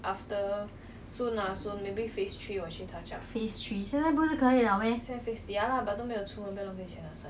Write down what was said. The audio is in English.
phase three 现在不是可以了 meh